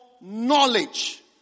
knowledge